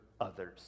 others